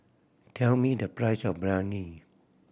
tell me the price of Biryani